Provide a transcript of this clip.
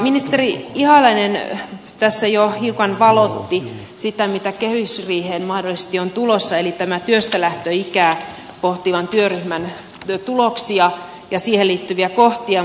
ministeri ihalainen tässä jo hiukan valotti sitä mitä kehysriiheen mahdollisesti on tulossa eli työstälähtöikää pohtivan työryhmän tuloksia ja siihen liittyviä kohtia